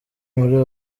muri